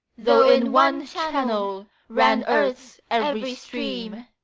though in one channel ran earth's every stream,